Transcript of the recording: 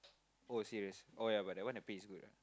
oh serious oh yeah but that one the pay is good ah